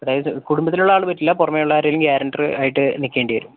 അതായത് കുടുംബത്തിലുള്ള ആള് പറ്റില്ല പുറമെ ഉള്ള ആരേലും ഗ്യാരൻറ്റർ ആയിട്ട് നിൽക്കേണ്ടി വരും